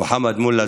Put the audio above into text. מוחמד מולא,